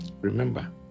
remember